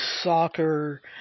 soccer